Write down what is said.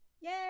Yay